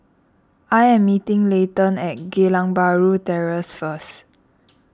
I am meeting Leighton at Geylang Bahru Terrace first